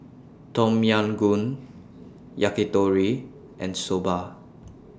Tom Yam Goong Yakitori and Soba